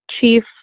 chief